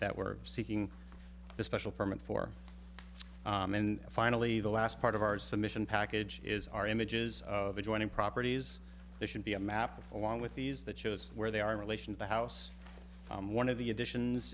that we're seeking a special permit for and finally the last part of our submission package is our images of adjoining properties they should be a map of along with these that shows where they are in relation to the house one of the additions